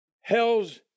Hell's